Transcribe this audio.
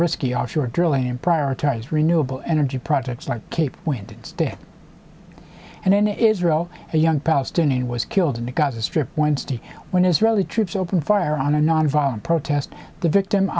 risky offshore drilling and prioritize renewable energy projects like cape wind and in israel and a young palestinian was killed in the gaza strip wednesday when israeli troops opened fire on a nonviolent protest the victim